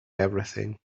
everything